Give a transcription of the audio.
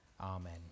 Amen